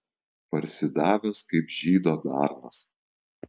parsidavęs kaip žydo bernas